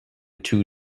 two